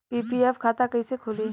PPF खाता कैसे खुली?